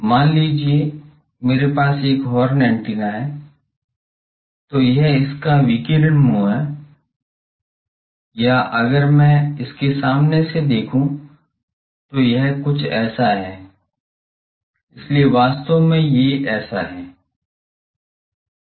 मान लीजिए मेरे पास एक हॉर्न एंटीना है तो यह इसका विकीर्ण मुंह है या अगर मैं सामने से देखूं तो यह कुछ ऐसा है इसलिए वास्तव में ये ऐसा हैं